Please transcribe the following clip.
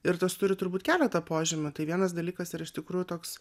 ir tas turi turbūt keletą požymių tai vienas dalykas iš tikrųjų toks